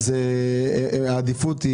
העדיפות היא